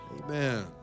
Amen